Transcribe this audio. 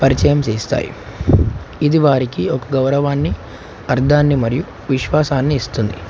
పరిచయం చేస్తాయి ఇది వారికి ఒక గౌరవాన్ని అర్ధాన్ని మరియు విశ్వాసాన్ని ఇస్తుంది